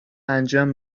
انجام